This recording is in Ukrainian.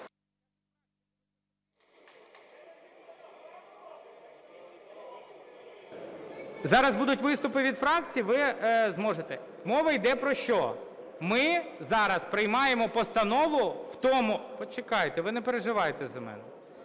Зараз будуть виступи від фракцій, ви зможете. Мова йде про що? Ми зараз приймаємо постанову в тому… почекайте, ви не переживайте за мене.